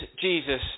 Jesus